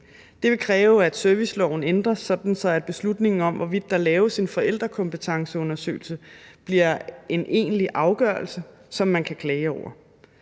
Det vil kræve, at serviceloven ændres, sådan at beslutningen om, hvorvidt der laves en forældrekompetenceundersøgelse, bliver en egentlig afgørelse, som man kan klage over.